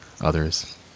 others